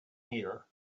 here